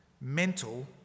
mental